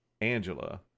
Angela